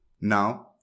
Now